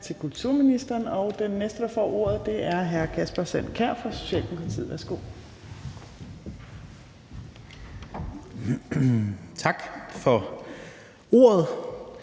Tak for ordet.